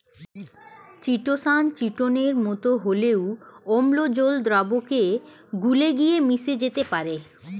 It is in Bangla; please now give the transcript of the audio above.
চিটোসান চিটোনের মতো হলেও অম্ল জল দ্রাবকে গুলে গিয়ে মিশে যেতে পারে